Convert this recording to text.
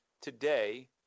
today